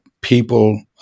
people